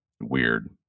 weird